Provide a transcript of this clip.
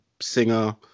singer